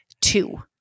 Two